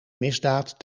misdaad